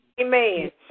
amen